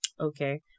Okay